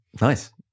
Nice